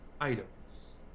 items